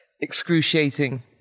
excruciating